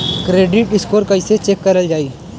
Credit score कइसे check करल जायी?